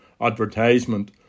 advertisement